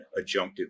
adjunctive